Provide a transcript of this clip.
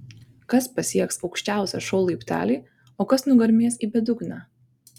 kas pasieks aukščiausią šou laiptelį o kas nugarmės į bedugnę